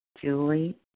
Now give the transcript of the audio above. Julie